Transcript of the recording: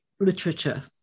Literature